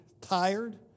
tired